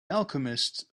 alchemist